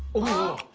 hello.